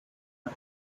now